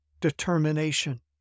determination